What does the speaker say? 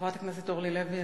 חברת הכנסת אורלי לוי,